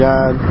God